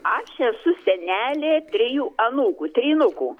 aš esu senelė trijų anūkų trynukų